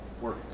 work